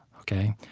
ok?